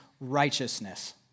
righteousness